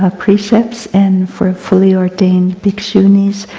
ah precepts and for fully ordained bhikkshunis,